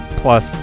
plus